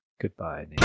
goodbye